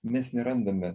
mes nerandame